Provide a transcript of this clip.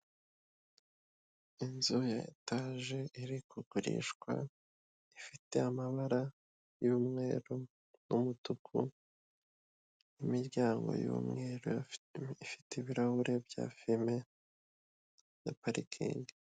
Inzu ya etage iri kugurishwa ifite amabara y'umweru n’umutuku imiryango y'umweru ifite ibirahure bya fime na parikingi.